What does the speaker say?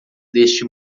deste